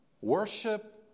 worship